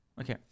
Okay